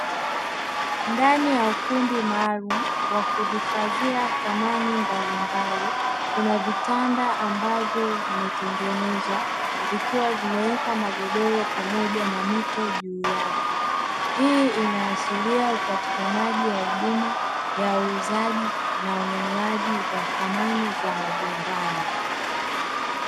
Ndani ya ukumbi maalum wa kuhifadhia samani mbalimbali kuna vitanda ambavyo vimetengenezwa vikiwa vimeekwa magodoro pamoja na mito juu yake hii, inaashiria upatikanaji wa huduma ya uuzaji na ununuaji wa samani za majumbani.